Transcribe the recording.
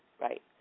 right